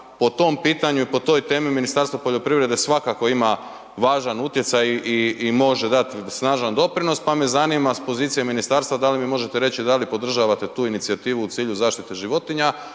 po tom pitanju i po toj temi Ministarstvo poljoprivrede svakako ima važan utjecaj i može dati snažan doprinos, pa me zanima s pozicije ministarstva, da li mi možete reći da li podržavate tu inicijativu u cilju zaštite životinja,